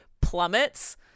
plummets